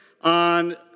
on